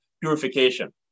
purification